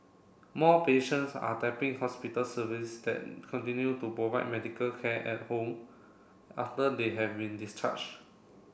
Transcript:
more patients are tapping hospital service that continue to provide medical care at home after they having discharged